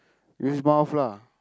this mouth lah